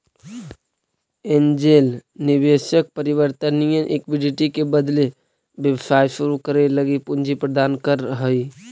angel निवेशक परिवर्तनीय equity के बदले व्यवसाय शुरू करे लगी पूंजी प्रदान करऽ हइ